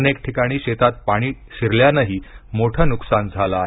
अनेक ठिकाणी शेतात पाणी शिरल्यानंही मोठं नुकसान झालं आहे